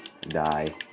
Die